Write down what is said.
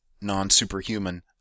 non-superhuman